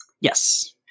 yes